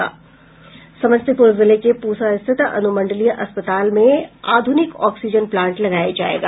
समस्तीपुर जिले के पूसा स्थित अनुमंडलीय अस्पताल में आध्रनिक ऑक्सीजन प्लांट लगाया जायेगा